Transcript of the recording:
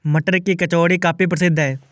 मटर की कचौड़ी काफी प्रसिद्ध है